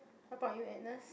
how about you Agnes